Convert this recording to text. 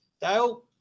Dale